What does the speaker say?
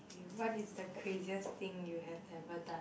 mm what is the craziest thing you have ever done